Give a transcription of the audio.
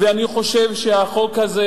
אני חושב שהחוק הזה,